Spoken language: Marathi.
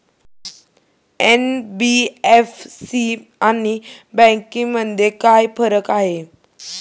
एन.बी.एफ.सी आणि बँकांमध्ये काय फरक आहे?